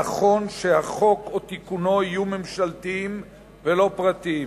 נכון שהחוק, או תיקונו יהיה ממשלתי ולא פרטי.